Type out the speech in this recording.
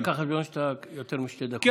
רק קח בחשבון שאתה יותר משתי דקות אחרי הזמן.